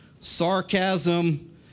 sarcasm